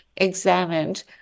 examined